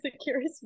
security